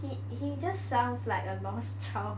he he just sounds like a lost child